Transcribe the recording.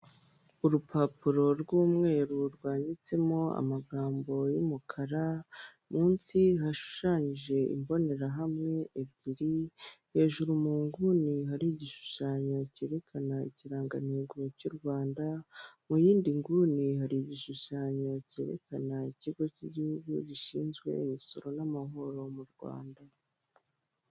Urupapuro rw'umweru rwanditsemo amagambo y'umukara munsi hashushanyije imbonerahamwe ebyiri, hejuru mu nguni hari igishushanyo cyerekana ikirangantego cy'u Rwanda, mu yindi nguni hari igishushanyo cyerekana ikigo cy'igihugu gishinzwe imisoro n'amahoro mu Rwanda.